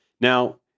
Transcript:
Now